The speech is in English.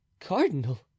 cardinal